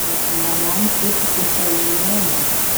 Mba volano amiko ty kolotsay any Inde?